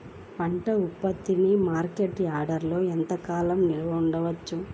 పంట ఉత్పత్తిని మార్కెట్ యార్డ్లలో ఎంతకాలం నిల్వ ఉంచవచ్చు?